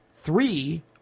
Three